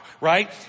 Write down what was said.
right